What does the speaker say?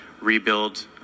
rebuild